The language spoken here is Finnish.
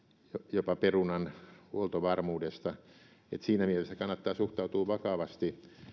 jopa perunan huoltovarmuudesta siinä mielessä kannattaa suhtautua vakavasti